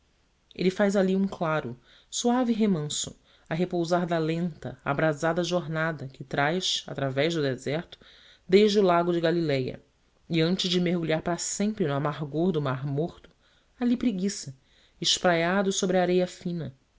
ele faz ali um claro suave remanso a repousar da lenta abrasada jornada que traz através do deserto desde o lago de galiléia e antes de mergulhar para sempre no amargor do mar morto ali preguiça espraiado sobre a areia fina